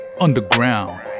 Underground